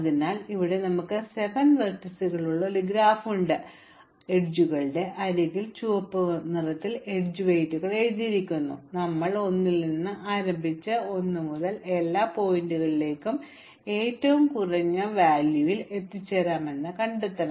അതിനാൽ ഇവിടെ നമുക്ക് 7 വെർട്ടീസുകളുള്ള ഒരു ഗ്രാഫ് ഉണ്ട് അരികുകളുടെ അരികിൽ ചുവപ്പ് നിറത്തിൽ എഡ്ജ് വെയ്റ്റുകൾ എഴുതിയിരിക്കുന്നു ഞങ്ങൾ 1 ൽ ആരംഭിച്ച് 1 മുതൽ മറ്റെല്ലാ ശീർഷകങ്ങളിലേക്കും എങ്ങനെ ചുരുങ്ങിയ ചെലവിൽ എത്തിച്ചേരാമെന്ന് കണ്ടെത്തണം